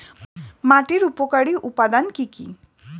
মাটির উপকারী উপাদান কি কি?